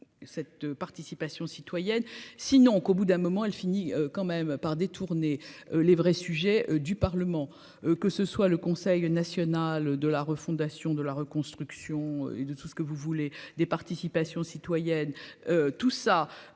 cette participation citoyenne, sinon qu'au bout d'un moment, elle finit quand même par détourner les vrais sujets du Parlement, que ce soit le Conseil national de la refondation de la reconstruction et de tout ce que vous voulez des participations citoyenne, tout ça